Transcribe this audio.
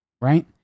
right